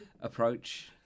approach